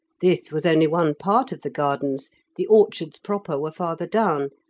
this was only one part of the gardens the orchards proper were farther down,